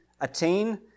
attain